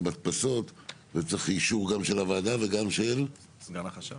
למדפסות וצריך אישור גם של הוועדה וגם של סגן החשב.